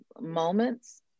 moments